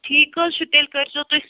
ٹھیٖک حظ چھُ تیٚلہِ کٔرۍ زیٛو تُہۍ